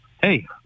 hey